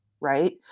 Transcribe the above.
right